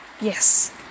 yes